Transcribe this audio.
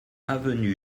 avenue